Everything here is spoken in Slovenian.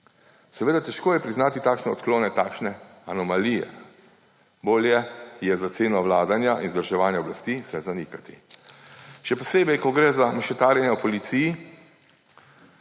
Seveda, težko je priznati takšne odklone, takšne anomalije. Bolje je za ceno vladanja in zadrževanja oblasti vse zanikati. Še posebej ko gre za mešetarjenje v policiji,